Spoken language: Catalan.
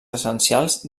essencials